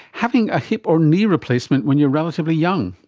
having a hip or knee replacement when you are relatively young.